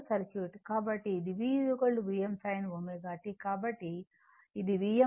కాబట్టి ఇది V Vm sin ω t కాబట్టి ఇది Vm